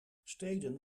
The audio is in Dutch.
steden